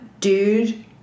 dude